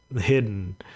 hidden